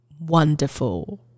Wonderful